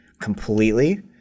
completely